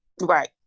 Right